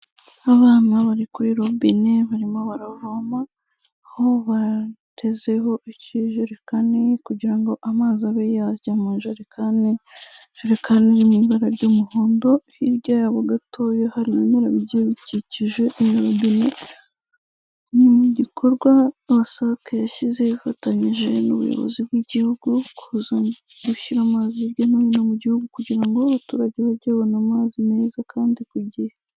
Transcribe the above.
Abana bari kuri robine barimo baravoma aho batezeho ikijerekani kugira ngo amazi abe yajya mu njerekani, ijerekani iri mu ibara ry'umuhondo, hirya yabo gatoya hari ibimera bigiye bikikije iyi robine, ni mu gikorwa WASAC yashyizeho ifatanyije n'Ubuyobozi bw'Igihugu kuzana, gushyira amazi hirya no hino mu Gihugu kugira ngo abaturage bajye babona amazi meza kandi ku gihe.